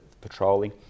patrolling